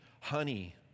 honey